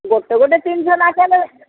ଗୋଟେ ଗୋଟେ ତିନଶହ ଲେଖାଏଁ